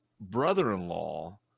brother-in-law